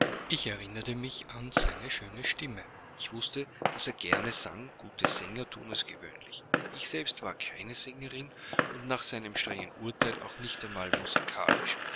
ich erinnerte mich seiner schönen stimme ich wußte daß er gern sang gute sänger thun es gewöhnlich ich selbst war keine sängerin und nach seinem strengen urteil auch nicht einmal